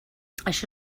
això